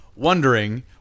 Wondering